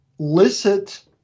licit